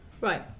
Right